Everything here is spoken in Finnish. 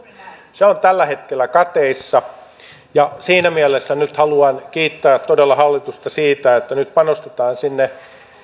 se on tällä hetkellä kateissa ja siinä mielessä nyt haluan kiittää todella hallitusta siitä että nyt panostetaan sinne